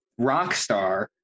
Rockstar